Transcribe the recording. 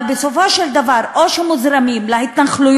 אבל בסופו של דבר או שמוזרמים להתנחלויות